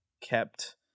kept